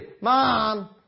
Mom